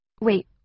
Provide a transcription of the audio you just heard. Wait